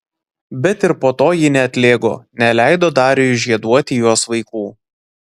bet ir po to ji neatlėgo neleido dariui žieduoti jos vaikų